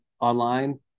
online